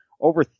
over